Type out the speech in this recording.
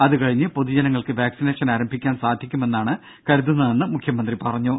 അതുകഴിഞ്ഞ് പൊതുജനങ്ങൾക്ക് വാക്സിനേഷൻ ആരംഭിക്കാൻ സാധിക്കുമെന്നാണ് കരുതുന്നതെന്ന് മുഖ്യമന്ത്രി പറഞ്ഞു